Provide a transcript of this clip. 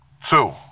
Two